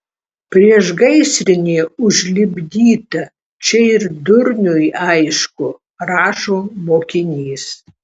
priešgaisrinė užlipdyta čia ir durniui aišku rašo mokinys